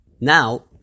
Now